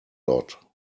lot